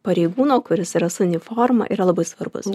pareigūno kuris yra su uniforma yra labai svarbus